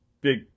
big